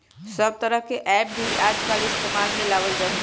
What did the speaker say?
सब तरह के ऐप भी आजकल इस्तेमाल में लावल जाहई